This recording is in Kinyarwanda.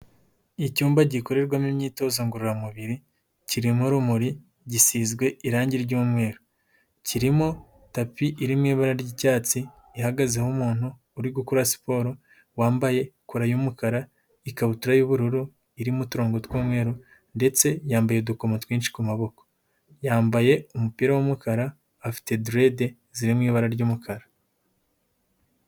Icyumba gikorerwamo imyitozo ngororamubiri, kirimo urumuri, gisizwe irangi ry'umweru. Kirimo tapi iri mu ibara ry'icyatsi ihagazeho umuntu uri gukora siporo, wambaye kora y'umukara, ikabutura y'ubururu irimo uturongo tw'umweru ndetse yambaye udukomo twinshi ku maboko. Yambaye umupira w'umukara, afite derede ziri mu ibara ry'umukara.